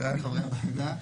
להלן חברי הוועדה.